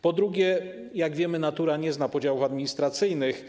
Po drugie, jak wiemy, natura nie zna podziałów administracyjnych.